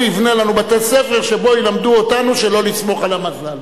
הוא יבנה לנו בתי-ספר שבהם ילמדו אותנו שלא לסמוך על מזל.